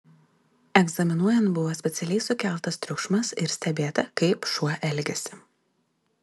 egzaminuojant buvo specialiai sukeltas triukšmas ir stebėta kaip šuo elgiasi